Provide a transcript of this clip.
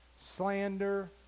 slander